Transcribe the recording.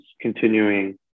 continuing